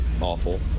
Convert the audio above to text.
awful